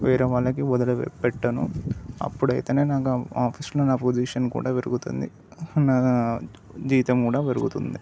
వేరే వాళ్ళకి వదిలి పెట్టను అప్పుడైతేనే నాకు ఆఫీసులో నా పోసిషన్ కూడా పెరుగుతుంది నా జీతం కూడా పెరుగుతుంది